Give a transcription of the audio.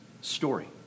story